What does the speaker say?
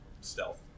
stealth